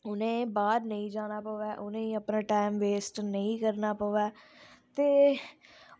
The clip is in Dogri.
उनेंगी बाहर नेईं जाना पवै उनेंगी अपना टाईम वेस्ट नेईं करना पवै ते